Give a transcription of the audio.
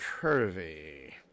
curvy